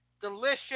delicious